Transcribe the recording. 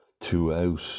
throughout